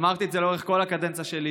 אמרתי את זה לאורך כל הקדנציה שלי.